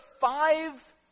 five